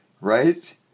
Right